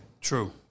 True